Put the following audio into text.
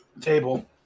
table